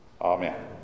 Amen